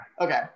Okay